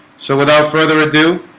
so without further ado